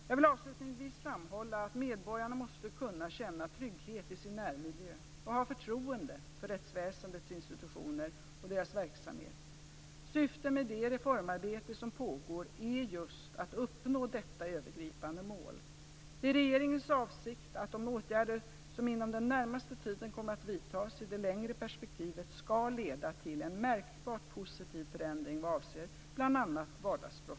Jag vill avslutningsvis framhålla att medborgarna måste kunna känna trygghet i sin närmiljö och ha förtroende för rättsväsendets institutioner och deras verksamhet. Syftet med det reformarbete som pågår är just att uppnå detta övergripande mål. Det är regeringens avsikt att de åtgärder som inom den närmaste tiden kommer att vidtas i det längre perspektivet skall leda till en märkbart positiv förändring vad avser bl.a.